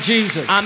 Jesus